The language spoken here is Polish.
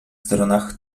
stronach